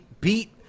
beat